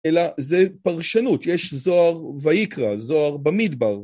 אלא זה פרשנות, יש זוהר ויקרא, זוהר במדבר.